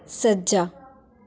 ਸੱਜਾ